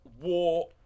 war